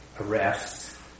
arrests